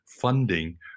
funding